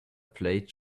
plaid